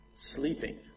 Sleeping